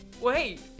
Wait